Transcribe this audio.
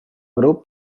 grup